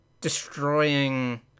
destroying